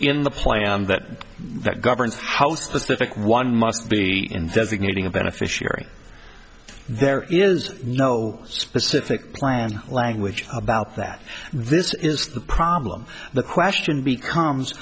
in the plan that governs how specific one must be in designating a beneficiary there is no specific plan language about that this is the problem the question becomes